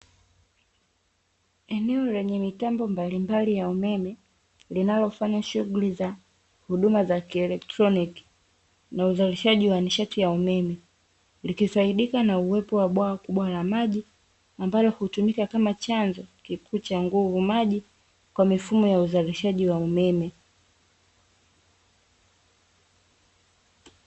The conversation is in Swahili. Eneo lenye mitambo mbalimbali ya umeme linalofanya shughuli za huduma za kielektroniki na uzalishaji wa nishati ya umeme, likifaidika na uwepo wa bwawa kubwa la maji, ambalo hutumika kama chanzo kikuu cha nguvu maji, kwa mifumo ya uzalishaji wa umeme.